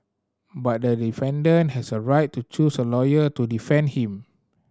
but the defendant has a right to choose a lawyer to defend him